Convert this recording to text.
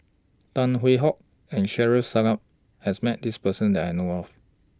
Tan Hwee Hock and Shaffiq Selamat has Met This Person that I know of